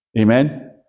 Amen